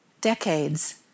decades